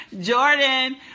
Jordan